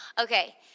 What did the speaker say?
okay